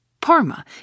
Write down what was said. Parma